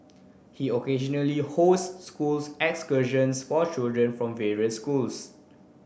he occasionally hosts school excursions for children from various schools